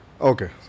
Okay